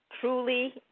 truly